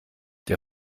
der